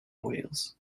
wales